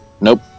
Nope